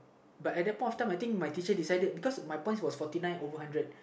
but at that point of time I think my teacher decided because my points were fourty nine over hundred